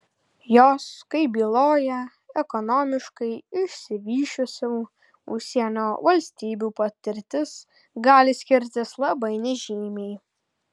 jos kaip byloja ekonomiškai išsivysčiusių užsienio valstybių patirtis gali skirtis labai nežymiai